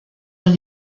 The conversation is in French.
dans